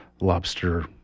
lobster